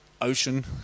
ocean